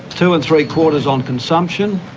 two and three-quarters on consumption,